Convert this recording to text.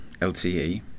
LTE